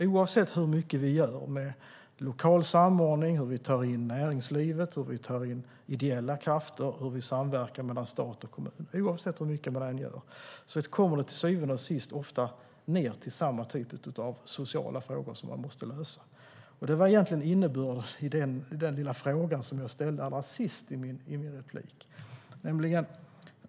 Oavsett hur mycket vi gör med lokal samordning, med att ta in näringslivet, med att ta in ideella krafter och med samverkan mellan stat och kommun kommer det till syvende och sist ofta ned till samma typ av sociala frågor man måste lösa. Det var egentligen innebörden i den lilla fråga jag ställde allra sist i mitt tidigare inlägg.